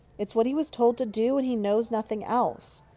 it's what he was told to do, and he knows nothing else.